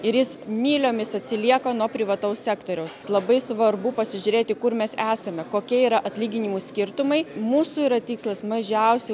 ir jis myliomis atsilieka nuo privataus sektoriaus labai svarbu pasižiūrėti kur mes esame kokie yra atlyginimų skirtumai mūsų yra tikslas mažiausiai